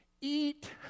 Eat